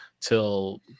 till